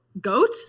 goat